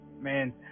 man